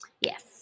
Yes